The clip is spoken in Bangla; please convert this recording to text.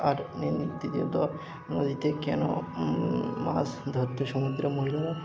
আর তৃতীয়ত নদীতে কেন মাছ ধরতে সমুদ্রে মহিলারা